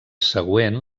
següent